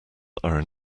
are